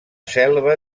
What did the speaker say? selva